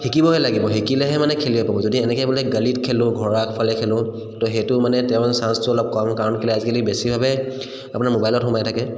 শিকিবহে লাগিব শিকিলেহে মানে খেলিব পাব যদি এনেকৈ বোলে গলিত খেলোঁ ঘৰৰ আগফালে খেলোঁ তো সেইটো মানে তেওঁ চাঞ্চটো অলপ কম কাৰণ কেলে আজিকালি বেছিভাগে আপোনাৰ মোবাইলত সোমাই থাকে